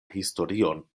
historion